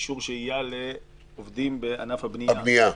אישור שהייה לעובדים בענף הבנייה.